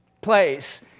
place